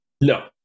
No